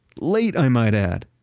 late, i might add.